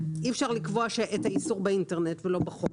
אי אפשר לקבוע את האיסור באינטרנט ולא בחוק.